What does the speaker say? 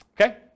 Okay